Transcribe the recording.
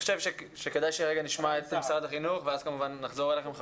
כדאי שנשמע את משרד החינוך ואז כמובן נחזור אליכם.